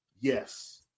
Yes